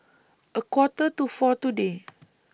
A Quarter to four today